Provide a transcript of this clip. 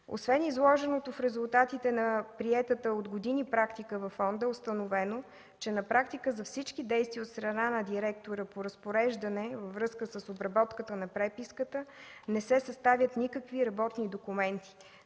Освен изложеното, в резултат на приетата от години практика във фонда е установено, че на практика за всички действия от страна на директора по разпореждане във връзка с обработката на преписката не се съставят никакви работни документи.